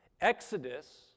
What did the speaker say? Exodus